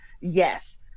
Yes